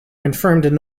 confirmed